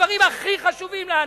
בדברים הכי חשובים לנו,